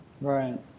right